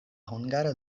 hungara